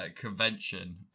convention